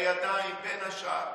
בין השאר,